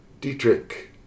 Dietrich